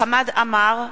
חמד עמאר,